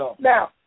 Now